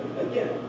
again